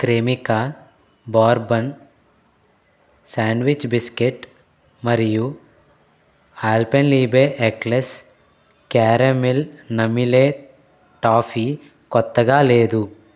Cremica bourbon sandwich biscuit మరియు Alpenliebe eclairs caramel నమిలే toffee కొత్తగా లేదు